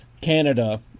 canada